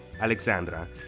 Alexandra